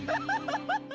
remember